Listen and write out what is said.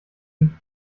wie